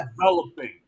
developing